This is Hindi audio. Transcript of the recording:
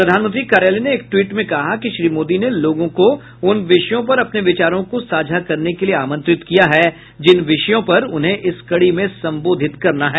प्रधानमंत्री कार्यालय ने एक टवीट में कहा है कि श्री मोदी ने लोगों को उन विषयों पर अपने विचारों को साझा करने के लिए आमंत्रित किया है जिन विषयों पर उन्हें इस कड़ी में संबोधित करना है